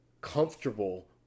comfortable